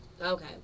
Okay